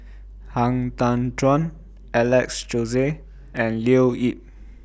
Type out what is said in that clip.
Han Tan Juan Alex Josey and Leo Yip